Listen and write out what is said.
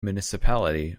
municipality